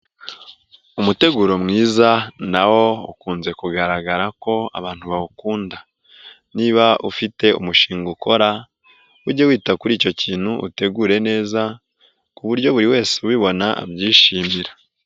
Umuteguro mwiza nawo ukunze kugaragara ko abantu bawukunda. Niba ufite umushinga ukora, ujye wita kuri icyo kintu utegure neza. Ku buryo buri wese ubibona abyishimira.